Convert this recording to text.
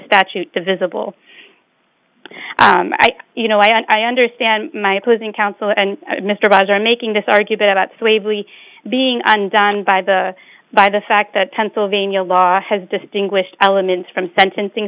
statute divisible i you know i understand my opposing counsel and mr baez are making this argument about slavery being undone by the by the fact that pennsylvania law has distinguished elements from sentencing